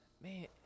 Man